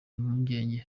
impungenge